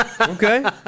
Okay